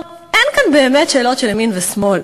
אין כאן באמת שאלות של ימין ושמאל,